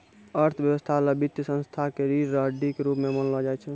अर्थव्यवस्था ल वित्तीय संस्थाओं क रीढ़ र हड्डी के रूप म मानलो जाय छै